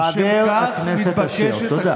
חבר הכנסת אשר, תודה.